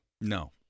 No